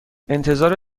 انتظار